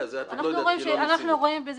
אמרו שלא נדון, לא אמרו שמתנגד.